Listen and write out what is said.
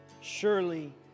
Surely